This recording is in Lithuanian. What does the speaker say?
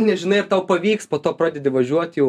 nežinai ar tau pavyks po to pradedi važiuot jau